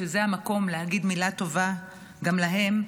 שזה המקום להגיד מילה טובה גם עליהם,